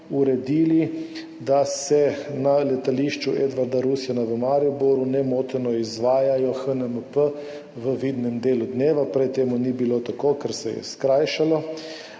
uredili, da se na letališču Edvarda Rusjana v Mariboru nemoteno izvaja HNMP v vidnem delu dneva. Prej to ni bilo tako, ker se je skrajšalo.